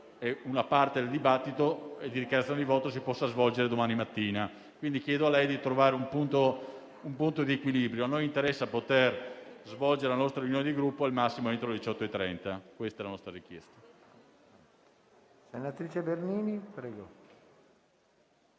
una parte delle dichiarazioni di voto si possa svolgere domani mattina. Quindi, chiedo a lei di trovare un punto di equilibrio. A noi interessa poter svolgere la nostra riunione di Gruppo al massimo entro le 18,30. Questa è la nostra richiesta.